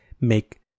make